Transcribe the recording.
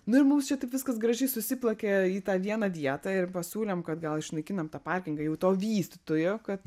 nu ir mums čia taip viskas gražiai susiplakė į tą vieną vietą ir pasiūlėm kad gal išnaikinam tą parkingą jau to vystytojo kad